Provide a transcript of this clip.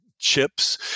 chips